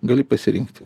gali pasirinkti